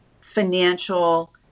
financial